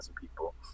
people